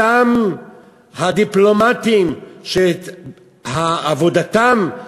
אותם הדיפלומטים, שעבודתם,